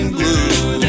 blue